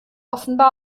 offenbar